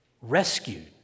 rescued